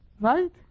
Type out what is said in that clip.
Right